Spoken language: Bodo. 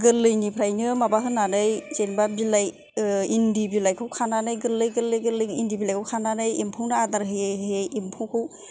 गोरलैनिफ्रायनो माबा होनानै जेनेबा बिलाइ इन्दि बिलाइखौ खानानै गोरलै गोरलै गोरलै इन्दि बिलायखौ खानानै एम्फौनो आदार होयै होयै एम्फौखौ